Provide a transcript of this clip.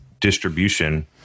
distribution